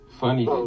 funny